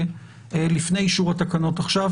לפני אישור התקנות עכשיו,